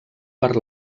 per